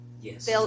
Yes